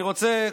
אני רוצה,